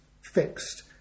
fixed